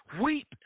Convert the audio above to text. Weep